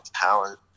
talent